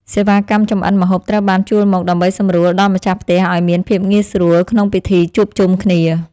សេវាកម្មចម្អិនម្ហូបត្រូវបានជួលមក ដើម្បីសម្រួលដល់ម្ចាស់ផ្ទះឱ្យមានភាពងាយស្រួលក្នុងពិធីជួបជុំគ្នា។